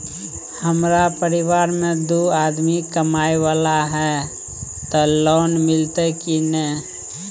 हमरा परिवार में दू आदमी कमाए वाला हे ते लोन मिलते की ने?